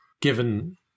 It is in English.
given